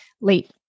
late